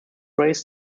race